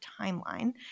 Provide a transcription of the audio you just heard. timeline